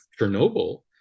Chernobyl